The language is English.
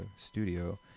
studio